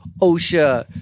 OSHA